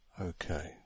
Okay